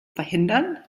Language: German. verhindern